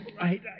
right